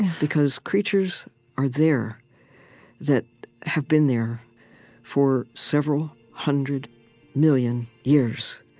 because creatures are there that have been there for several hundred million years,